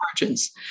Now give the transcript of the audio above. margins